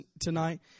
tonight